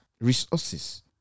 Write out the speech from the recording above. resources